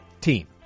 team